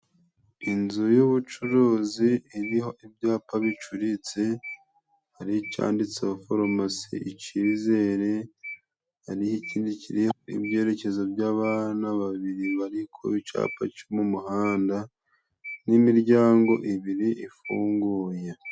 Inzu y'ubucuruzi iriho ibyapa bicuritse, hari icyaditseho farumasi Icyirizere, hari ikindi kiriho ibyerekezo by'abana babiri bari ku cyapa cyo mu muhanda, n'imiryango ibiri ifunguye.